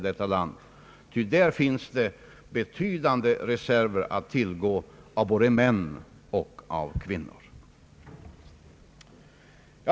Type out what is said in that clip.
Det finns där betydande reserver att tillgå av både män och kvinnor.